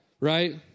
right